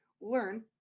learn